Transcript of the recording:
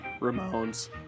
Ramones